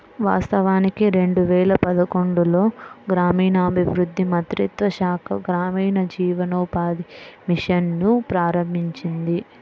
వాస్తవానికి రెండు వేల పదకొండులో గ్రామీణాభివృద్ధి మంత్రిత్వ శాఖ గ్రామీణ జీవనోపాధి మిషన్ ను ప్రారంభించింది